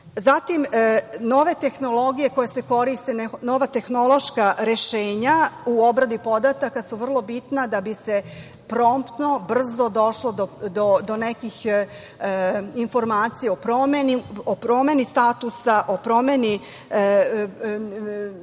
nove tehnologije koje se koriste, nova tehnološka rešenja u obradi podataka su vrlo bitna da bi se promptno, brzo došlo do nekih informacija, o promeni statusa, o promeni